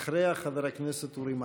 אחריה, חבר הכנסת אורי מקלב.